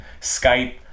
Skype